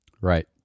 Right